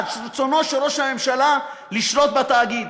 של רצונו של ראש הממשלה לשלוט בתאגיד,